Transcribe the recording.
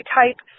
type